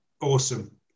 Awesome